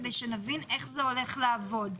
כדי שנבין איך זה הולך לעבוד.